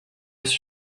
his